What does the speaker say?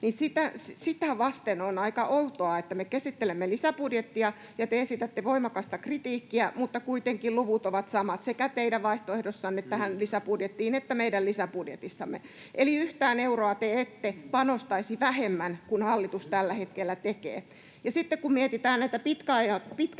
niin sitä vasten on aika outoa, että me käsittelemme lisäbudjettia ja te esitätte voimakasta kritiikkiä mutta kuitenkin luvut ovat samat sekä teidän vaihtoehdossanne tähän lisäbudjettiin että meidän lisäbudjetissamme. Eli yhtään euroa te ette panostaisi vähemmän kuin hallitus tällä hetkellä tekee. Sitten kun mietitään näitä pitkän